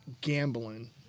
gambling